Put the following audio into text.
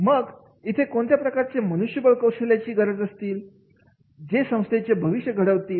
मग इथे कोणत्या प्रकारची मनुष्यबळ कौशल्य गरजेची असतील जे संस्थेचे भविष्य घडतील